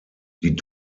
die